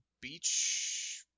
beach